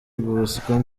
bosco